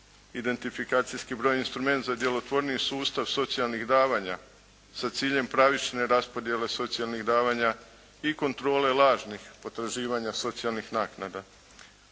identifikacijski broj je instrument za djelotvorniji sustav socijalnih davanja sa ciljem pravične raspodjele socijalnih davanja i kontrole lažnih potraživanja socijalnih naknada.